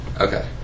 okay